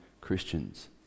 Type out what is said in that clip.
Christians